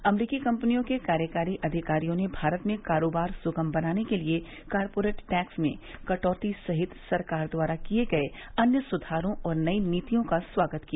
अमरीकी कंपनियों के कार्यकारी अधिकारियों ने भारत में कारोबार सुगम बनाने के लिए कारपोरेट टैक्स में कटौती सहित सरकार द्वारा किये गये अन्य सुधारों और नई नीतियों का स्वागत किया